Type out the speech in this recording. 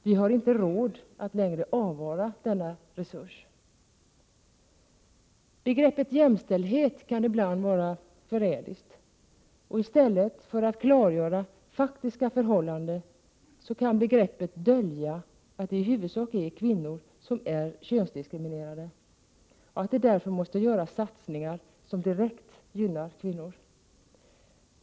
Vi har inte råd att längre avvara denna resurs. Begreppet jämställdhet kan ibland vara förrädiskt, och i stället för att klargöra faktiska förhållanden kan begreppet dölja att det i huvudsak är kvinnor som är könsdiskriminerade och att det därför måste göras satsningar som direkt gynnar kvinnor.